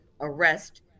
arrest